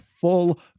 full